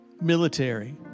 Military